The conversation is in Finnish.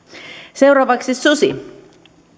seuraavaksi susi